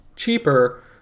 cheaper